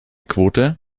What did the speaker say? quote